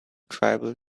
tribal